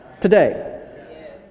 today